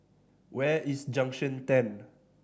where is Junction Ten